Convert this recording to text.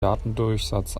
datendurchsatz